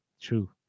True